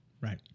Right